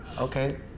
okay